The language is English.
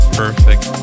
perfect